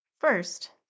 First